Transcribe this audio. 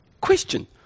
question